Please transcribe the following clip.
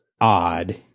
odd